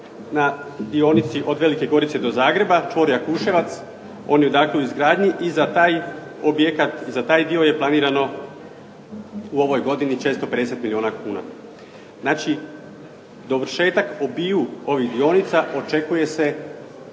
na dionici od Velike Gorice do Zagreba, čvor Jakuševac. On je dakle u izgradnji i za taj objekat, za taj dio je planirano u ovoj godini 450 milijuna kuna. Znači, dovršetak obiju ovih dionica očekuje se